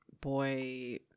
boy